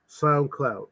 SoundCloud